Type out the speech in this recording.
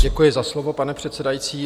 Děkuji za slovo, pane předsedající.